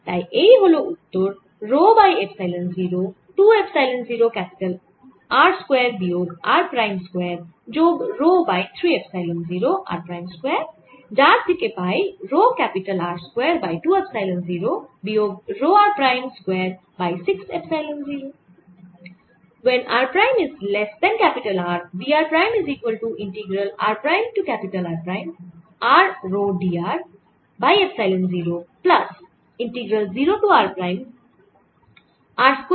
তাই এই উত্তর হল rho by epsilon 0 2 epsilon 0 R square বিয়োগ r প্রাইম স্কয়ার যোগ rho by 3 epsilon 0 r prime square যার থেকে পাই rho R square by 2 epsilon 0 বিয়োগ rho r prime square by 6এপসাইলন 0